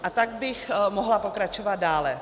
A tak bych mohla pokračovat dále.